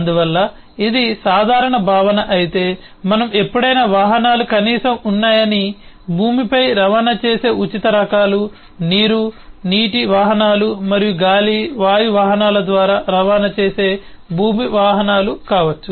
అందువల్ల ఇది సాధారణ భావన అయితే మనం ఎప్పుడైనా వాహనాలు కనీసం ఉన్నాయని భూమిపై రవాణా చేసే ఉచిత రకాలు నీరు నీటి వాహనాలు మరియు గాలి వాయు వాహనాల ద్వారా రవాణా చేసే భూమి వాహనాలు కావచ్చు